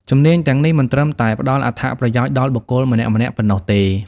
ជំនាញទាំងនេះមិនត្រឹមតែផ្តល់អត្ថប្រយោជន៍ដល់បុគ្គលម្នាក់ៗប៉ុណ្ណោះទេ។